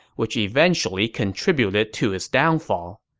which eventually contributed to his downfall.